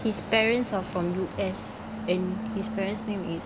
his parents are from U_S and his parents' name is